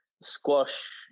squash